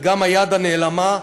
היא גם היד הנעלמה,